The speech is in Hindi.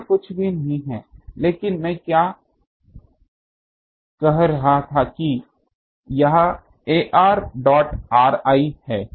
यह कुछ भी नहीं है लेकिन मैं क्या कह रहा था कि यह ar डॉट ri है